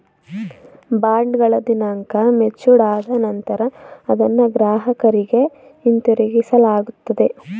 ಬಾಂಡ್ಗಳ ದಿನಾಂಕ ಮೆಚೂರ್ಡ್ ಆದ ನಂತರ ಅದನ್ನ ಗ್ರಾಹಕರಿಗೆ ಹಿಂತಿರುಗಿಸಲಾಗುತ್ತದೆ